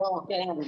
שלום.